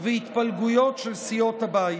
והתפלגויות של סיעות הבית.